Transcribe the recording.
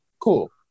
Cool